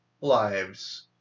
lives